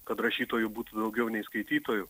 kad rašytojų būtų daugiau nei skaitytojų